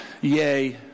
Yay